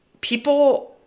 people